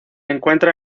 encuentra